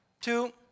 two